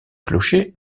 clocher